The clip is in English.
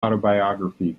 autobiography